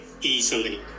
easily